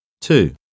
Two